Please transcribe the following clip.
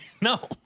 No